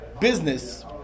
business